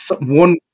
One